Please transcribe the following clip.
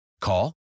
Call